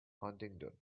huntingdon